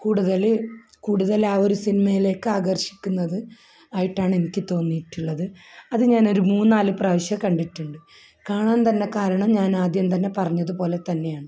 കൂടുതൽ കൂടുതലാണ് ഒരു സിനിമയിലേക്ക് ആകർഷിക്കുന്നത് ആയിട്ടാണ് എനിക്ക് തോന്നിയിട്ടുള്ളത് അത് ഞാൻ ഒരു മൂന്ന് നാല് പ്രാവശ്യം കണ്ടിട്ടുണ്ട് കാണാൻ തന്നെ കാരണം ഞാൻ ആദ്യം തന്നെ പറഞ്ഞത് പോലെ തന്നെയാണ്